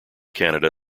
canada